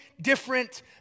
different